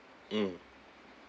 mm